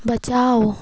बचाओ